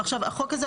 החוק הזה,